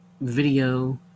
video